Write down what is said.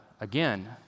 again